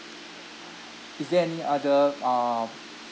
is there any other uh